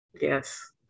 yes